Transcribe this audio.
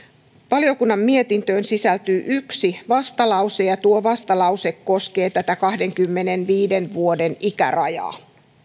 valiokunnan mietintöön sisältyy yksi vastalause ja tuo vastalause koskee kahdenkymmenenviiden vuoden ikärajaa